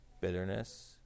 Bitterness